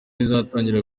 izatangira